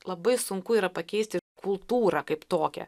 labai sunku yra pakeisti kultūrą kaip tokią